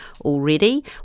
already